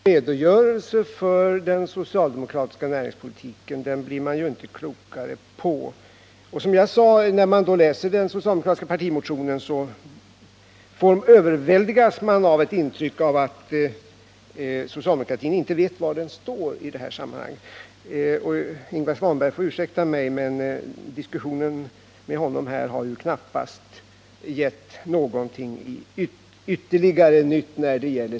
Herr talman! Ingvar Svanbergs redogörelse för den socialdemokratiska näringspolitiken blir man ju inte klokare på. När man läser den socialdemokratiska partimotionen överväldigas man ju, som jag sade, av ett intryck av att socialdemokratin inte vet var den står i det här sammanhanget. Ingvar Svanberg får ursäkta mig, men diskussionen med honom här har knappast gett någonting ytterligare.